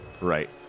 Right